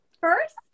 first